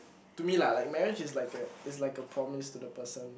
to me lah like marriage is like a is like a promise to the person